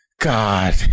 god